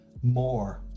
more